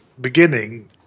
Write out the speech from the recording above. beginning